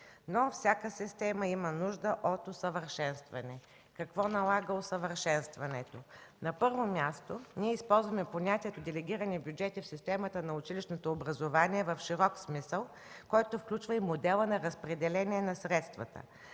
но всяка система има нужда от усъвършенстване. Какво налага усъвършенстването? На първо място, ние използваме понятието „делегирани бюджети” в системата на училищното образование в широк смисъл, който включва и модела на разпределение на средствата.